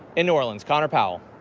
in orleans conner powell.